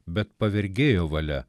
bet pavergėjo valia